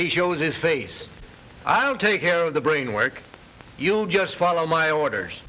a shows his face i don't take care of the brainwork you just follow my orders